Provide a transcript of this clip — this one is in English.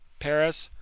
paris?